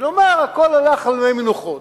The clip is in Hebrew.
ונאמר, הכול הלך על מי מנוחות.